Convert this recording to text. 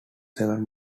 seven